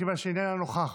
מכיוון שהיא איננה נוכחת.